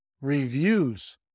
Reviews